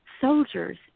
soldiers